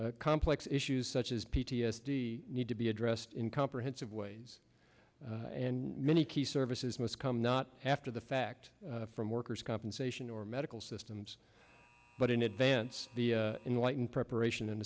complex issues such as p t s d need to be addressed in comprehensive ways and many key services must come not after the fact from workers compensation or medical systems but in advance the enlightened preparation and